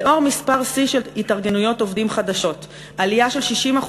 לאור מספר שיא של התארגנויות עובדים חדשות עלייה של 60%